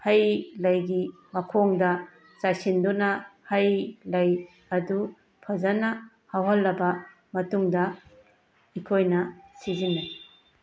ꯍꯩ ꯂꯩꯒꯤ ꯃꯈꯣꯡꯗ ꯆꯥꯏꯁꯤꯟꯗꯨꯅ ꯍꯩ ꯂꯩ ꯑꯗꯨ ꯐꯖꯅ ꯍꯧꯍꯜꯂꯕ ꯃꯇꯨꯡꯗ ꯑꯩꯈꯣꯏꯅ ꯁꯤꯖꯤꯟꯅꯩ